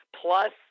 plus